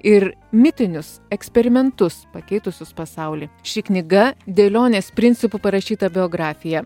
ir mitinius eksperimentus pakeitusius pasaulį ši knyga dėlionės principu parašyta biografija